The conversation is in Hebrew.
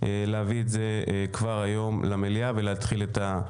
להביא את זה כבר היום למליאה ולהתחיל את הדיון.